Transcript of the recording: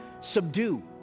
Subdue